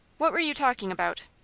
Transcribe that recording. what were you talking about?